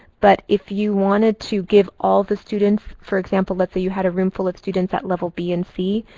but if you wanted to give all the students for example, let's say you had a room full of students at level b and c,